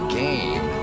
game